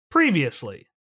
previously